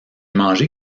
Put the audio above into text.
mangé